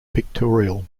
pictorial